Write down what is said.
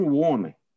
warning